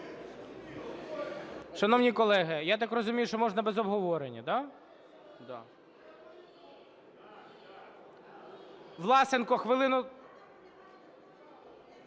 Шановні колеги, я так розумію, що можна без обговорення? Да? Да. Власенко, хвилину